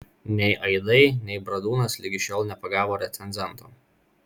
nei aidai nei bradūnas ligi šiol nepagavo recenzento